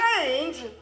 change